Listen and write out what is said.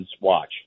watch